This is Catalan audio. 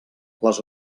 les